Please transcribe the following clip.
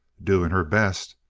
doing her best.